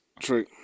true